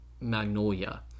Magnolia